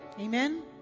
Amen